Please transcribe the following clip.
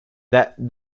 that